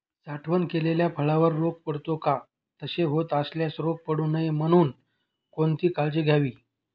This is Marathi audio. साठवण केलेल्या फळावर रोग पडतो का? तसे होत असल्यास रोग पडू नये म्हणून कोणती काळजी घ्यावी?